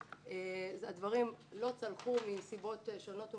הדברים לא צלחו מסיבות שונות ומשונות.